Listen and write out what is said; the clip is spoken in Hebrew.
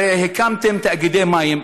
הרי הקמתם תאגידי מים,